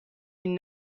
این